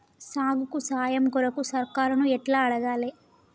సాగుకు సాయం కొరకు సర్కారుని ఎట్ల అడగాలే?